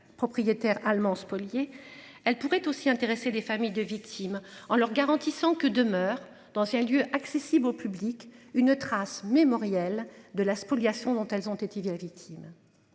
Propriétaire allemand spoliés. Elle pourrait aussi intéresser des familles de victimes en leur garantissant que demeure d'anciens lieux accessibles au public une trace mémorielle de la spoliation dont elles ont été via victime.